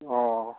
अ